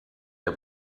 der